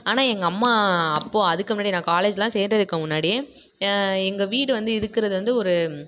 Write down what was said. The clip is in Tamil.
ஆனால் எங்கள் அம்மா அப்போ அதுக்கு முன்னாடியே நான் காலேஜுலாம் சேர்கிறதுக்கு முன்னாடியே எங்கள் வீடு வந்து இருக்கிறது வந்து ஒரு